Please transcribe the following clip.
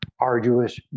arduous